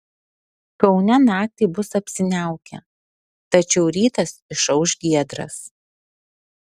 kaune naktį bus apsiniaukę tačiau rytas išauš giedras